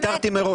ויתרתי מראש.